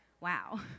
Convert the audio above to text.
wow